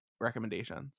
recommendations